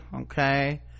okay